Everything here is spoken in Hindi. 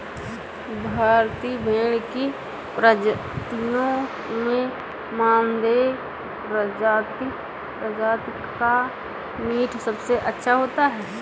भारतीय भेड़ की प्रजातियों में मानदेय प्रजाति का मीट सबसे अच्छा होता है